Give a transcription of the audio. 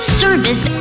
service